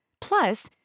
Plus